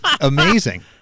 amazing